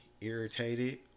Irritated